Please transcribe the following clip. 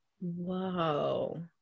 Whoa